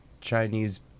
Chinese